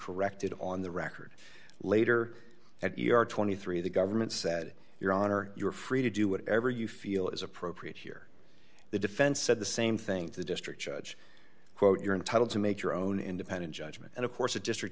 corrected on the record later at your twenty three the government said your honor you're free to do whatever you feel is appropriate here the defense said the same thing the district judge quote you're entitled to make your own independent judgment and of course a district